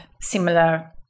similar